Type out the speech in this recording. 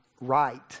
right